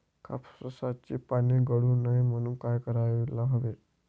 कापसाची पाने गळू नये म्हणून काय करायला हवे?